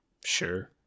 sure